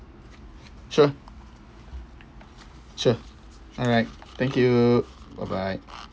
sure sure alright thank you bye bye